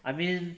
I mean